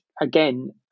again